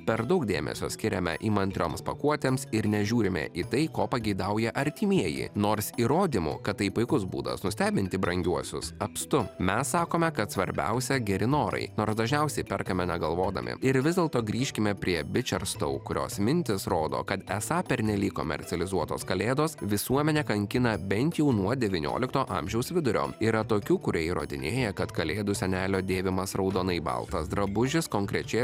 per daug dėmesio skiriame įmantrioms pakuotėms ir nežiūrime į tai ko pageidauja artimieji nors įrodymų kad tai puikus būdas nustebinti brangiuosius apstu mes sakome kad svarbiausia geri norai nors dažniausiai perkame negalvodami ir vis dėlto grįžkime prie bičerstou kurios mintys rodo kad esą pernelyg komercializuotos kalėdos visuomenę kankina bent jau nuo devyniolikto amžiaus vidurio yra tokių kurie įrodinėja kad kalėdų senelio dėvimas raudonai baltas drabužis konkrečiai